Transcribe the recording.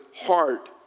heart